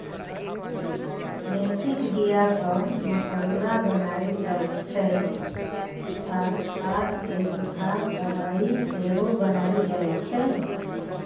मेथीक बीया सँ मसल्ला बनाएल जाइ छै आ पात केँ सुखा दबाइ सेहो बनाएल जाइ छै